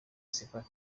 sepetu